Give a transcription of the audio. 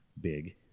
big